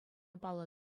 паллӑ